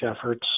efforts